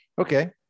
Okay